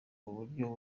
buryo